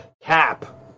Cap